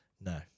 No